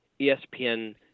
espn